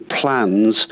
plans